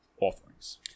offerings